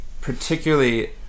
particularly